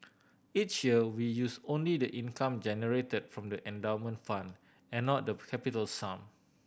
each year we use only the income generated from the endowment fund and not the capital sum